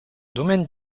domaine